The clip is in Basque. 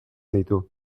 ditu